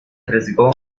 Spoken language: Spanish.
arriesgó